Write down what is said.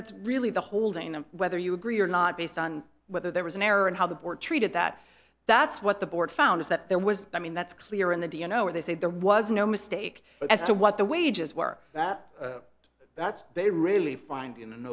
that's really the holding of whether you agree or not based on whether there was an error and how the board treated that that's what the board found is that there was i mean that's clear in the d n o where they say there was no mistake as to what the wages were that they really find in